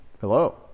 hello